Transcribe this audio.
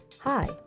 Hi